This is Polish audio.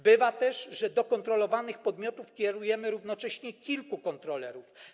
Bywa też, że do kontrolowanych podmiotów kierujemy równocześnie kilku kontrolerów.